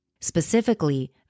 specifically